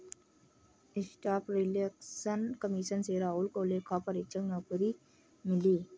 staff selection commission से राहुल को लेखा परीक्षक नौकरी मिली